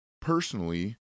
personally